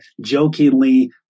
jokingly